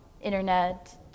internet